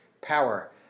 power